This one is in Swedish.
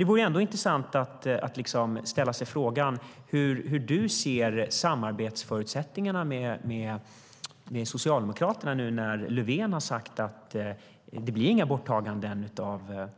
Det vore ändå intressant att ställa sig frågan hur du ser på samarbetsförutsättningarna med Socialdemokraterna nu när Löfven har sagt att det inte blir några borttaganden av